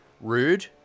rude